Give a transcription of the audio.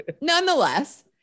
Nonetheless